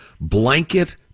Blanket